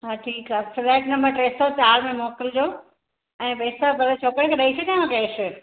हा ठीकु आहे फ्लैट नंबर टे सौ चारि में मोकिलिजो ऐं पैसा तव्हांजे छोकिरे के ॾेई छॾियांव कैश